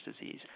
disease